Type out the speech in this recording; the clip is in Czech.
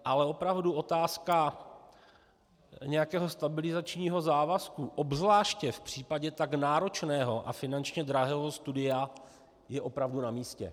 Ale opravdu otázka nějakého stabilizačního závazku, obzvláště v případě tak náročného a finančně drahého studia, je opravdu na místě.